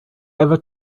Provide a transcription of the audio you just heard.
ever